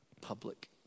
public